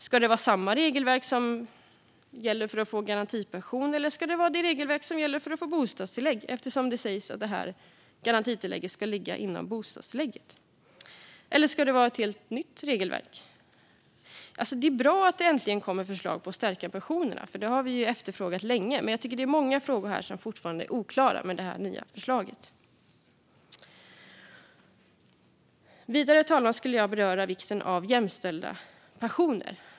Ska det vara samma regelverk som gäller för att få garantipension, eller ska det vara det regelverk som gäller för att få bostadstillägg eftersom det sägs att garantitillägget ska ligga inom bostadstillägget? Eller ska det vara ett helt nytt regelverk? Det är bra att det äntligen kommer förslag om att stärka pensionerna, för det har vi efterfrågat länge. Men jag tycker att det är många frågor som fortfarande är oklara i detta nya förslag. Vidare, herr talman, skulle jag vilja beröra vikten av jämställda pensioner.